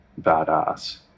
badass